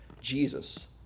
Jesus